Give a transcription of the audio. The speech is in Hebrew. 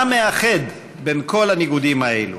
מה מאחד בין כל הניגודים האלה?